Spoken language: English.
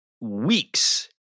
weeks